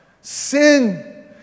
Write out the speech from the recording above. Sin